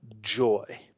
joy